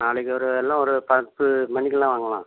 நாளைக்கு ஒரு எல்லாம் ஒரு பத்து மணிக்கெல்லாம் வாங்களேன்